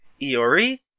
Iori